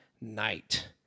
night